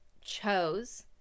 chose